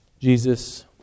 Jesus